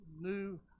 new